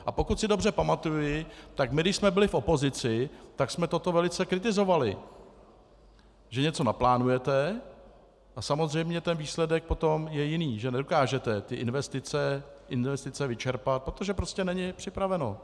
A pokud si dobře pamatuji, tak když jsme byli v opozici, tak jsme toto velice kritizovali, že něco naplánujete a samozřejmě výsledek potom je jiný, že nedokážete investice vyčerpat, protože to prostě není připraveno.